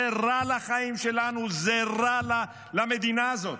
זה רע לחיים שלנו, זה רע למדינה הזאת.